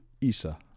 Isa